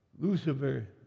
Lucifer